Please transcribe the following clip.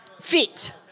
fit